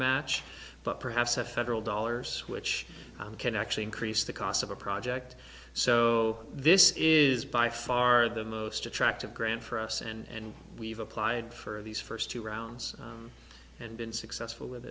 match but perhaps a federal dollars which can actually increase the cost of a project so this is by far the most attractive grant for us and we've applied for these first two rounds and been successful with